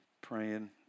praying